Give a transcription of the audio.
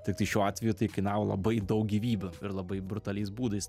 tiktai šiuo atveju tai kainavo labai daug gyvybių ir labai brutaliais būdais